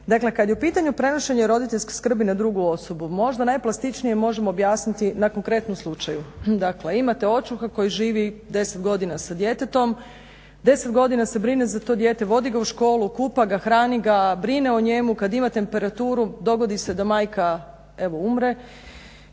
Dakle, kad je u pitanju prenošenje roditeljske skrbi na drugu osobu, možda najplastičnije možemo objasniti na konkretnom slučaju. Dakle imate očuha koji živi deset godina sa djetetom, deset godina se brine za to dijete, vodi ga u školu, kupa ga, hrani, brine o njemu. Kad ima temperaturu dogodi se da majka evo umre.